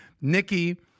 Nikki